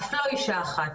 אף לא אישה אחת.